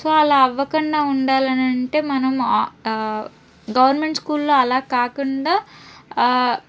so అలా అవ్వకుండా ఉండాలనంటే మనం గవర్నమెంట్ స్కూల్లో అలా కాకుండా